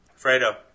Fredo